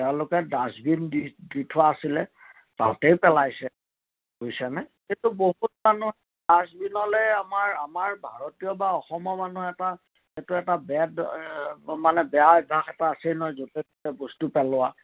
তেওঁলোকে ডাষ্টবিন দি থোৱা আছিলে তাতে পেলাইছে বুজিছেনে সেইটো বহুত মানুহে ডাষ্টবিনলৈ আমাৰ আমাৰ ভাৰতীয় বা অসমৰ মানুহ এটা সেইটো এটা বেদ মানে বেয়া অভ্যাস এটা আছেই নহয় য'তে ত'তে বস্তু পেলোৱা